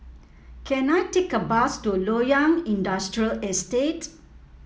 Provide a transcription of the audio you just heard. can I take a bus to Loyang Industrial Estate